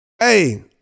Hey